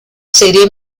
serie